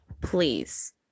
Please